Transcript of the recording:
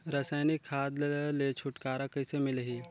रसायनिक खाद ले छुटकारा कइसे मिलही?